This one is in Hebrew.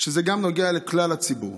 וגם זה נוגע לכלל הציבור.